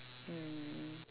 mm